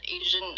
Asian